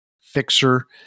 fixer